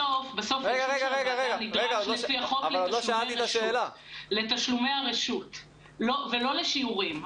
בסוף אישור הוועדה נדרש לפי החוק לתשלומי רשות ולא לשיעורים.